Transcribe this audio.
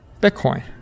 Bitcoin